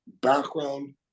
background